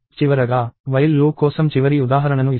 చివరగా while loop కోసం చివరి ఉదాహరణను ఇస్తాను